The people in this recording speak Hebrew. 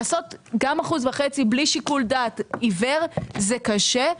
לעשות 1.5% בלי שיקול דעת עיוור זה קשה,